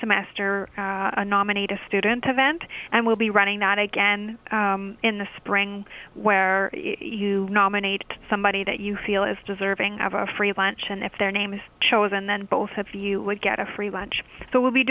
nominate a student event and we'll be running out again in the spring where you nominate somebody that you feel is deserving of a free lunch and if their name is chosen then both of you would get a free lunch so we'll be